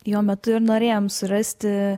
jo metu ir norėjom surasti